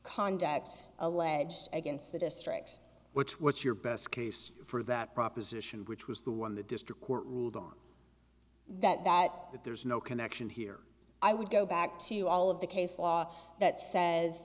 conduct alleged against the districts which what's your best case for that proposition which was the one the district court ruled on that that that there's no connection here i would go back to all of the case law that says